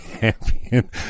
Champion